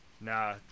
Nah